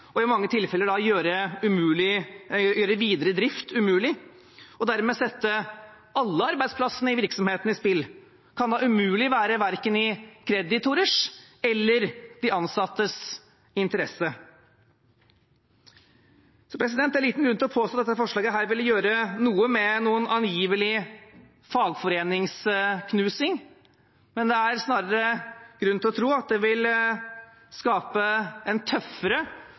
og i mange tilfeller gjøre videre drift umulig, og det ville dermed sette alle arbeidsplassene i virksomheten i spill. Det kan umulig være i verken kreditorers eller de ansattes interesse. Så det er liten grunn til å påstå at dette forslaget ville gjøre noe med den angivelige fagforeningsknusingen, men det er snarere grunn til å tro at det ville skape en tøffere